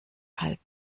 halb